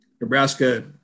Nebraska